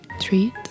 treat